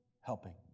helping